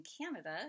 canada